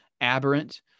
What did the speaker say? aberrant